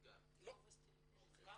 נובוסטי נידיילי זה אחר.